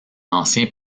ancien